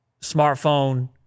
smartphone